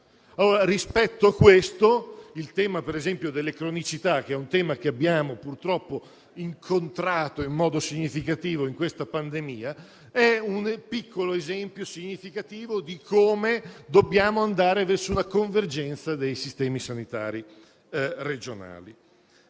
Rispetto a questo, il tema delle cronicità, che purtroppo abbiamo incontrato nel corso della pandemia, è un piccolo esempio significativo di come dobbiamo andare verso una convergenza dei sistemi sanitari regionali.